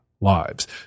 lives